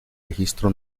registro